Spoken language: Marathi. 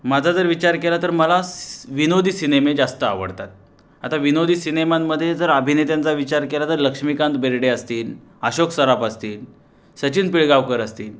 माझा जर विचार केला तर मला स विनोदी सिनेमे जास्त आवडतात आता विनोदी सिनेमांमध्ये जर अभिनेत्यांचा विचार केला तर लक्ष्मीकांत बेर्डे असतील अशोक सराफ असतील सचिन पिळगावकर असतील